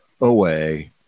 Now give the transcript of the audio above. away